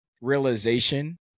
realization